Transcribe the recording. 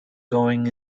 going